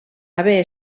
haver